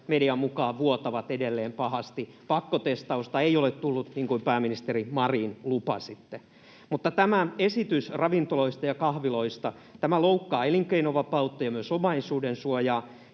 median mukaan vuotavat edelleen pahasti. Pakkotestausta ei ole tullut, niin kuin, pääministeri Marin, lupasitte. Tämä esitys ravintoloista ja kahviloista loukkaa elinkeinovapautta ja myös omaisuudensuojaa,